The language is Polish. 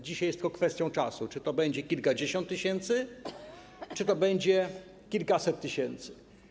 Dzisiaj jest tylko kwestią czasu, czy to będzie kilkadziesiąt tysięcy, czy to będzie kilkaset tysięcy.